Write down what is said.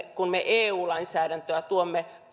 kun me eu lainsäädäntöä tuomme